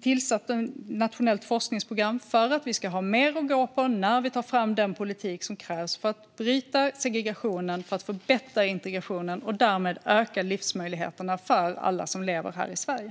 tillsatt ett nationellt forskningsprogram så att vi ska ha mer att gå på när vi tar fram den politik som krävs för att bryta segregationen och förbättra integrationen och därmed öka livsmöjligheterna för alla som lever i Sverige.